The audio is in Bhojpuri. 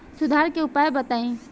सुधार के उपाय बताई?